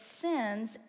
sins